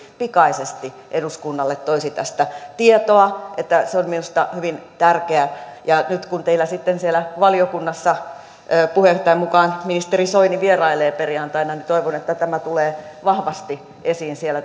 pikaisesti eduskunnalle toisi tästä tietoa se on minusta hyvin tärkeää ja nyt kun sitten teillä siellä valiokunnassa puheenjohtajan mukaan ministeri soini vierailee perjantaina niin toivon että tämä toive tulee vahvasti esiin siellä